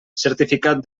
certificat